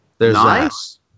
Nice